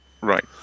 Right